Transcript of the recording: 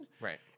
Right